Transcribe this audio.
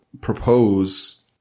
propose